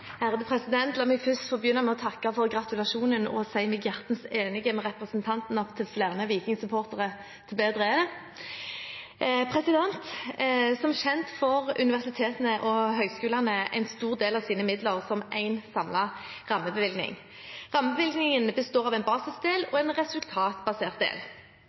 La meg begynne med å takke for gratulasjonen og si meg hjertens enig med representanten i at jo flere Viking-supportere, jo bedre er det. Som kjent får universitetene og høyskolene en stor del av sine midler som én samlet rammebevilgning. Rammebevilgningen består av en basisdel og en resultatbasert del.